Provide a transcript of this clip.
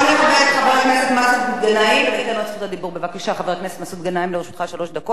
בואו נקבל את חבר הכנסת מסעוד גנאים וניתן לו את זכות הדיבור.